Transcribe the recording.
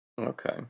Okay